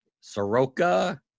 Soroka